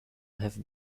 have